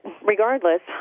regardless